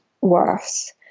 worse